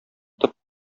тып